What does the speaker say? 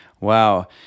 Wow